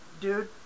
Dude